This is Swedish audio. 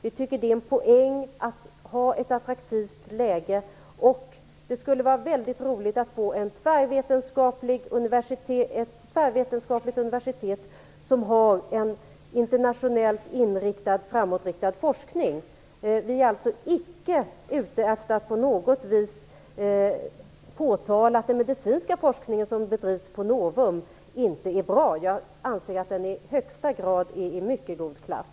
Vi tycker att det är en poäng att ha ett attraktivt läge. Det skulle vara väldigt roligt att får en tvärvetenskapligt universitet som har en internationellt inriktad och framåtriktad forskning. Vi är alltså icke ute efter att på något vis påtala att den medicinska forskningen som bedrivs på Novum inte är bra. Jag anser att den i högsta grad är av mycket god klass.